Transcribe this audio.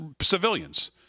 civilians